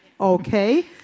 Okay